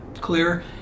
clear